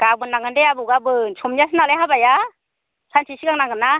गाबोन नांगोन दे आबौ गाबोन समनियासो नालाय हाबाया सानसे सिगां नांगोन ना